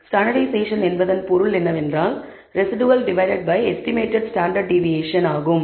standardisation என்பதன் பொருள் என்னவென்றால் residual divided by estimated standard deviation ஆகும்